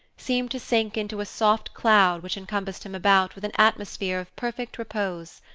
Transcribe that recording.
seemed to sink into a soft cloud which encompassed him about with an atmosphere of perfect repose.